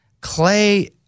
Clay